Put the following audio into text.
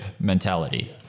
mentality